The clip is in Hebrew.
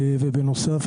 ובנוסף,